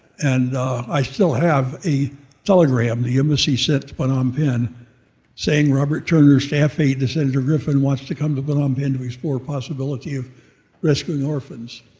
and i still have a telegram the embassy sent to phnom penh saying robert turner staff aid to senator griffin wants to come to phnom penh to explore possibility of rescuing orphans.